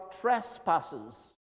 trespasses